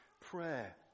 prayer